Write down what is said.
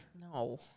No